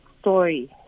story